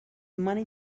money